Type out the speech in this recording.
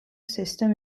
system